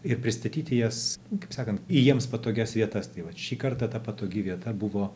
ir pristatyti jas kaip sakant į jiems patogias vietas tai vat šį kartą ta patogi vieta buvo